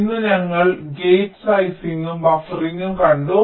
ഇന്ന് ഞങ്ങൾ ഗേറ്റ് സൈസിങ്ങും ബഫറിംഗും കണ്ടു